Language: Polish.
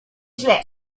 źle